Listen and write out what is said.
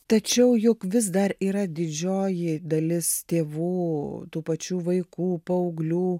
tačiau jog vis dar yra didžioji dalis tėvų tų pačių vaikų paauglių